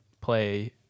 play